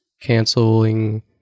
canceling